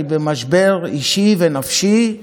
אני במשבר אישי ונפשי.